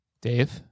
Dave